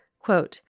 quote